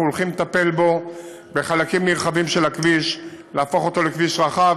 אנחנו הולכים לטפל בחלקים נרחבים של הכביש ולהפוך אותו לכביש רחב,